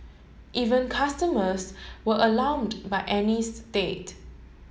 even customers were alarmed by Annie's state